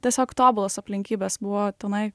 tiesiog tobulos aplinkybės buvo tenai